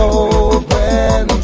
open